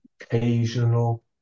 occasional